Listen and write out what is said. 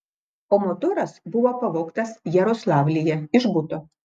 o motoras buvo pavogtas jaroslavlyje iš buto